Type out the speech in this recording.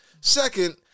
Second